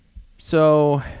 so,